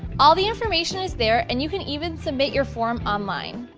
all the information is there and you can even submit your form online.